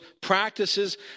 practices